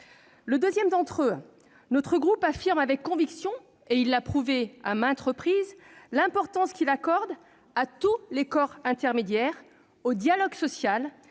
Deuxièmement, notre groupe affirme avec conviction- il l'a prouvé à maintes reprises -l'importance qu'il accorde à tous les corps intermédiaires et au dialogue social